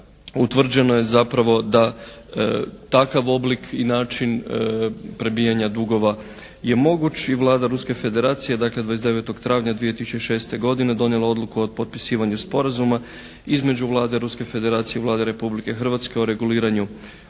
utvrđeno je zapravo da takav oblik i način prebijanja dugova je moguć i Vlada Ruske federacije dakle 29. travnja 2006. godine donijela odluku o potpisivanju sporazuma između Vlade Ruske federacije i Vlade Republike Hrvatske o reguliranju obveza